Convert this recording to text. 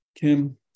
Kim